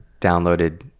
downloaded